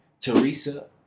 Teresa